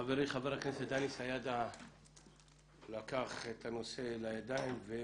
חברי חבר הכנסת דני סידה לקח אתך הנושא לידיו והוא